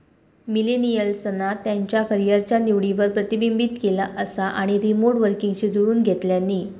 मिलेनियल्सना त्यांच्या करीयरच्या निवडींवर प्रतिबिंबित केला असा आणि रीमोट वर्कींगशी जुळवुन घेतल्यानी